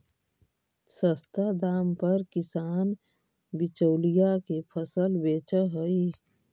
सस्ता दाम पर किसान बिचौलिया के फसल बेचऽ हइ